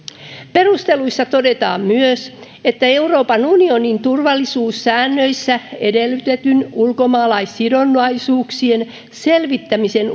perusteluissa todetaan myös että euroopan unionin turvallisuussäännöissä edellytetyn ulkomaalaissidonnaisuuksien selvittämisen